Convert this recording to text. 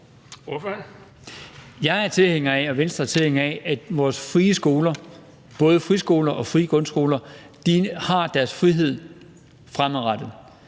er tilhænger af, at vores frie skoler, både friskoler og frie grundskoler, har deres frihed fremadrettet.